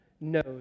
knows